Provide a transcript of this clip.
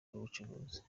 ubucuruzi